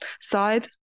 side